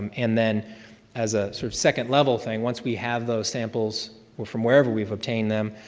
and then as a sort of second level thing, once we have those samples from wherever we've obtained them,